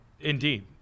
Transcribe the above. Indeed